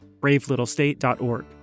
bravelittlestate.org